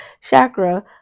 chakra